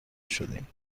شدیم